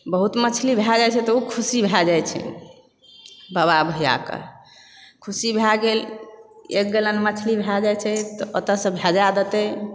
बहुत मछली भए जाइत छै तऽ ओ खुशी भए जाइत छै बाबा भैआकऽ खुशी भए गेल एक गैलन मछली भए जाइत छै तऽ ओतयसँ भेजा देतय